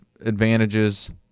advantages